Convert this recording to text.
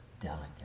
delicate